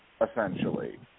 essentially